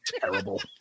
Terrible